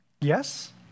Yes